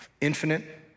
infinite